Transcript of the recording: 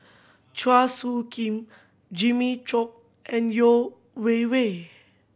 Chua Soo Khim Jimmy Chok and Yeo Wei Wei